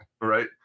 right